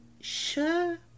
Sure